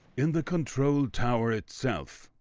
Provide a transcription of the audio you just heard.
in the control tower itself,